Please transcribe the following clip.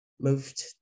moved